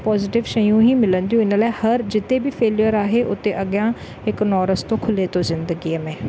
positive शयूं ई मिलंदियूं इन लाइ हरि जिते बि फेलियर आहे उते अॻियां हिकु नओं रस्तो खुले थो ज़िंदगीअ में